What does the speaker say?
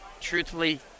truthfully